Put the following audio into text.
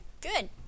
good